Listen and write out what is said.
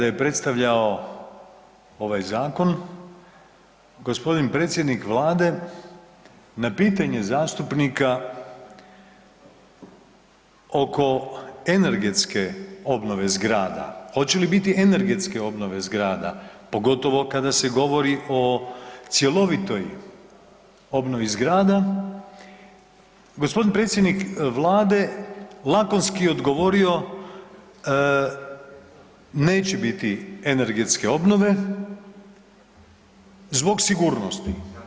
Jutros kada je predstavljao ovaj Zakon gospodin predsjednik Vlade na pitanje zastupnika oko energetske obnove zgrada, hoće li bit energetske obnove zgrada, pogotovo kada se govori o cjelovitoj obnovi zgrada, gospodin predsjednik Vlade lakonski je odgovorio neće biti energetske obnove zbog sigurnosti.